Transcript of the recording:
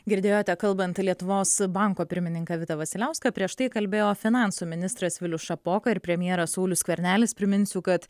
girdėjote kalbant lietuvos banko pirmininką vitą vasiliauską prieš tai kalbėjo finansų ministras vilius šapoka ir premjeras saulius skvernelis priminsiu kad